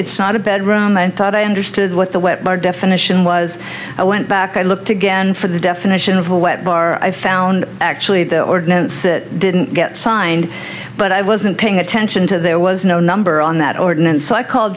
it's not a bedroom i thought i understood what the wet bar definition was i went back and looked again for the definition of a wet bar i found actually the ordinance it didn't get signed but i wasn't paying attention to there was no number on that ordinance so i called